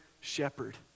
shepherd